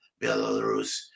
Belarus